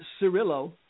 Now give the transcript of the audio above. Cirillo